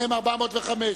(מ/405),